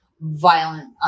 violent